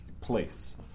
place